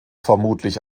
vermutlich